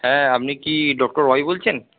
হ্যাঁ আপনি কি ডক্টর রয় বলছেন